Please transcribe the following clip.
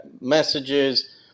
messages